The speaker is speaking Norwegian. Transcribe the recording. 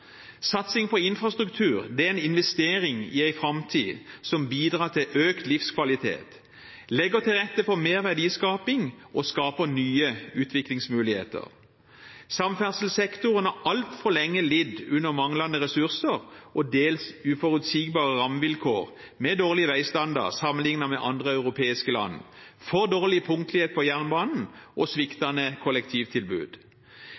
Satsing på infrastruktur er en investering i en framtid som bidrar til økt livskvalitet, legger til rette for mer verdiskaping og skaper nye utviklingsmuligheter. Samferdselssektoren har altfor lenge lidd under manglende ressurser og dels uforutsigbare rammevilkår med dårlig veistandard sammenliknet med andre europeiske land, for dårlig punktlighet på jernbanen og